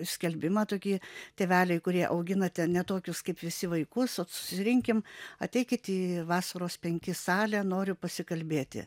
skelbimą tokį tėveliai kurie auginate ne tokius kaip visi vaikus ot susirinkim ateikit į vasaros penki salę noriu pasikalbėti